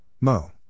Mo